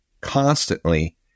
constantly